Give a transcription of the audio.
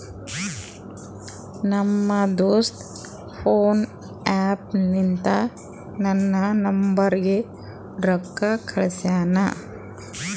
ನಮ್ ದೋಸ್ತ PhonePe app ಲಿಂತಾ ನನ್ ನಂಬರ್ಗ ರೊಕ್ಕಾ ಕಳ್ಸ್ಯಾನ್